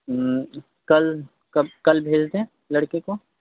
कल कब कल भेज दें लड़के को